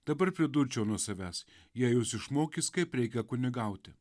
dabar pridurčiau nuo savęs jie jus išmokys kaip reikia kunigauti